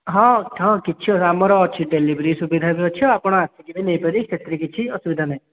ହଁ ହଁ କିଛି ଅସୁବିଧା ନାହିଁ ଆମର ଅଛି ଡେଲିଭରୀ ସୁବିଧା ବି ଅଛି ଆଉ ଆପଣ ଆସିକି ବି ନେଇ ପାରିବେ ସେଥିରେ କିଛି ଅସୁବିଧା ନାହିଁ